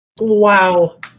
Wow